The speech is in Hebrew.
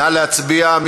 נא להצביע.